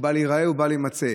שבל ייראה ובל יימצא.